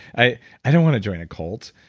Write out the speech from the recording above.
i i don't want to join a cult.